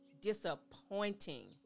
disappointing